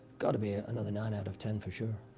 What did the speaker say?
gotta be another nine out of ten, for sure.